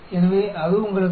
तो यह आपको 0095 देता है